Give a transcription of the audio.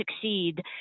succeed